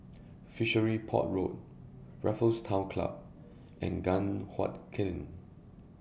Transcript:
Fishery Port Road Raffles Town Club and Guan Huat Kiln